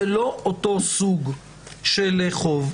זה לא אותו סוג של חוב.